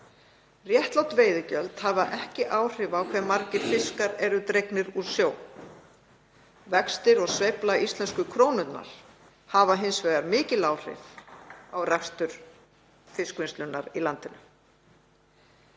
Réttlát veiðigjöld hafa ekki áhrif á hve margir fiskar eru dregnir úr sjó. Vextir og sveifla íslensku krónunnar hafa hins vegar mikil áhrif á rekstur fiskvinnslunnar í landinu.